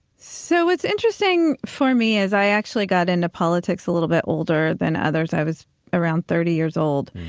so it's interesting for me as i actually got into politics a little bit older than others. i was around thirty years old.